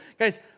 guys